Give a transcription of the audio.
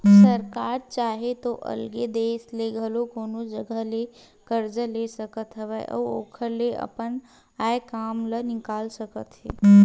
सरकार चाहे तो अलगे देस ले घलो कोनो जघा ले करजा ले सकत हवय अउ ओखर ले अपन आय काम ल निकाल सकत हे